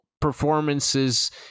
Performances